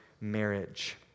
marriage